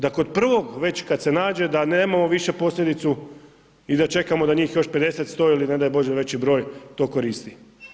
Da kod prvog već kad se nađe, da nemamo više posljedicu i da čekamo da njih još 50, 100 ili ne daj bože veći broj to koristi.